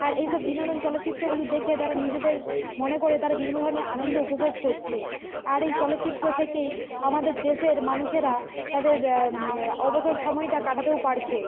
আর এই সব বিনোদন চলচ্চিত্রগুলি দেখে তারা নিজেদের মনে কোরে তারা বিভিন্ন ধরনের আনন্দ উপভোগ করছে আর এই চলচ্চিত্র থেকেই আমাদের দেশের মানুষেরা তাদের অবসর সময়টা কাটাটেও পারছে